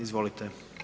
Izvolite.